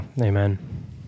Amen